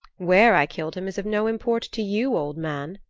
where i killed him is of no import to you, old man,